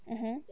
(uh huh)